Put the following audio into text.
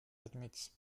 admits